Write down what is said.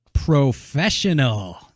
Professional